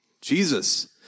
Jesus